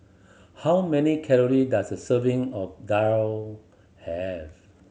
how many calory does a serving of daal have